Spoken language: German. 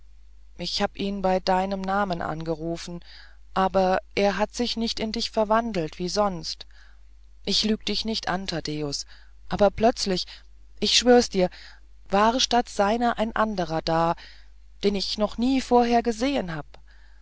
ich hab ihn mit deinem namen angerufen aber er hat sich nicht in dich verwandelt wie sonst ich lüg dich nicht an taddäus aber plötzlich ich schwöre dir's war statt seiner ein anderer da den ich noch nie vorher gesehen hab